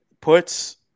puts